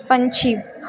ਪੰਛੀ